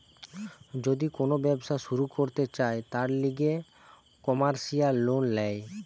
যদি কোন ব্যবসা শুরু করতে চায়, তার লিগে কমার্সিয়াল লোন ল্যায়